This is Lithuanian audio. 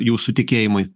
jūsų tikėjimui